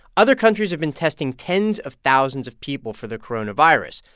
other countries have been testing tens of thousands of people for the coronavirus.